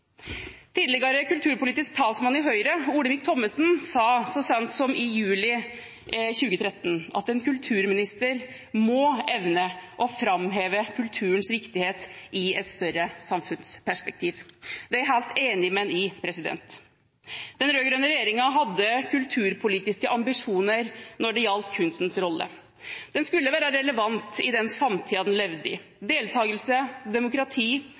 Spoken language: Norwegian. Tidligere kulturpolitisk talsmann i Høyre, Olemic Thommessen, sa så sent som i juli 2013 at en kulturminister må evne å framheve kulturens viktighet i et større samfunnsperspektiv. Det er jeg helt enig med ham i. Den rød-grønne regjeringen hadde kulturpolitiske ambisjoner når det gjaldt kunstens rolle. Den skulle være relevant i den samtiden den levde i. Deltakelse, demokrati,